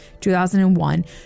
2001